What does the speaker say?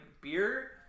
beer